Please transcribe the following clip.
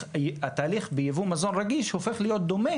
והתהליך ביבוא מזון רגיש הופך להיות דומה